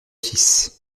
six